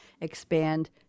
expand